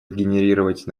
генерировать